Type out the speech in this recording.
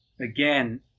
again